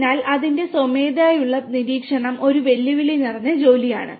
അതിനാൽ അതിന്റെ സ്വമേധയായുള്ള നിരീക്ഷണം ഒരു വെല്ലുവിളി നിറഞ്ഞ ജോലിയാണ്